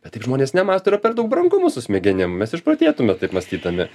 bet taip žmonės nemąsto yra per daug brangu mūsų smegenim mes išprotėtume taip mąstydami